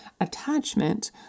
attachment